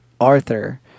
Arthur